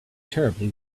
terribly